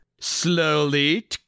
Slowly